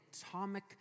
atomic